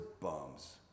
bums